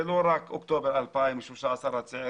זה לא רק אוקטובר 2000 עם 13 הצעירים,